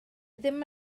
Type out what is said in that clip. ddim